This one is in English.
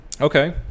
Okay